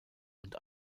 und